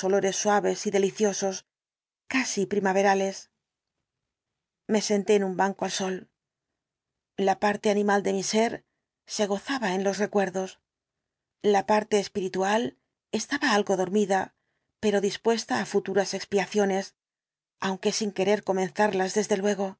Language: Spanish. suaves y deliciosos casi primaverales me senté en un banco al sol la parte animal de mi ser se gozaba en los recuerdos la parte espiritual estaba algo dormida pero dispuesta á futuras expiaciones aunque sin querer co el dr jekyll menzarlas desde luego